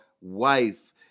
wife